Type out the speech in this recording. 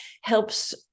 helps